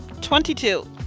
Twenty-two